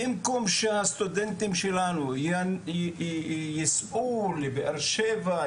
במקום שהסטודנטים שלנו ייסעו לבאר שבע,